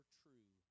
true